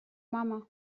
mama